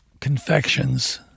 confections